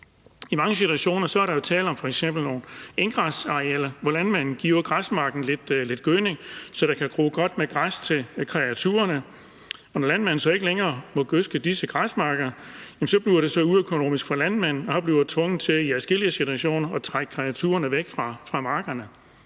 I mange situationer er der jo f.eks. tale om nogle enggræsarealer, hvor landmanden giver græsmarken lidt gødning, så der kan gro godt med græs til kreaturerne, og når landmanden så ikke længere må gødske disse græsmarker, jamen så bliver det så uøkonomisk for landmanden, at han i adskillige situationer bliver tvunget til at trække kreaturerne væk fra markerne.